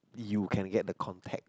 you can get the contact